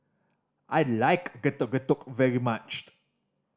I like Getuk Getuk very much